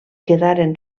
quedaren